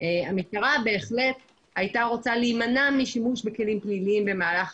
המשטרה בהחלט הייתה רוצה להימנע משימוש בכלים פליליים במהלך